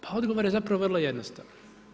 Pa odgovor je zapravo vrlo jednostavan.